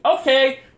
okay